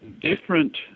different